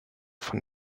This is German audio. von